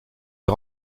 les